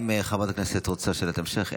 האם חברת הכנסת רוצה שאלת המשך?